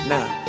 Now